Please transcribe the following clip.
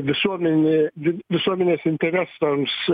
visuomenė vis visuomenės interesams